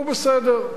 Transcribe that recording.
הוא בסדר.